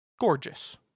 gorgeous